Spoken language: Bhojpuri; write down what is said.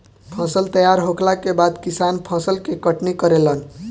फसल तैयार होखला के बाद किसान फसल के कटनी करेलन